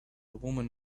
woman